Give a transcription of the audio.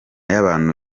y’abantu